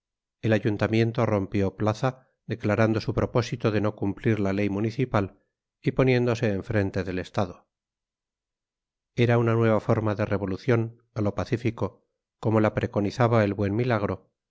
el ayuntamiento rompió plaza declarando su propósito de no cumplir la ley municipal y poniéndose en frente del estado era una nueva forma de revolución a lo pacífico como la preconizaba el buen milagro y